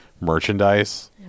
merchandise